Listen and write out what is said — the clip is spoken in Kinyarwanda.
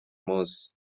munsi